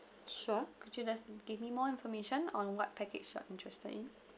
sure could you just give me more information on what package you are interested in